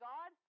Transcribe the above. God